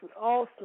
awesome